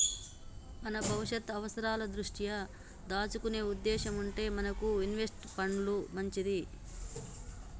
మనం భవిష్యత్తు అవసరాల దృష్ట్యా దాచుకునే ఉద్దేశం ఉంటే మనకి ఇన్వెస్ట్ పండ్లు మంచిది